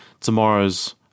tomorrow's